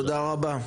תודה רבה.